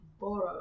borrow